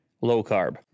low-carb